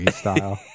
style